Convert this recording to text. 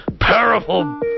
Powerful